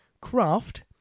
craft